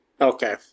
Okay